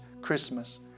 Christmas